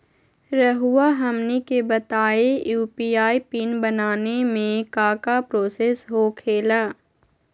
रहुआ हमनी के बताएं यू.पी.आई पिन बनाने में काका प्रोसेस हो खेला?